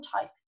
type